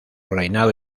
reinado